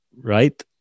right